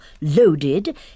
loaded